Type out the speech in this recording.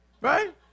right